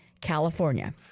California